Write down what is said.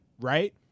right